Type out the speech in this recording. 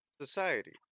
society